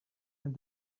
and